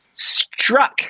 Struck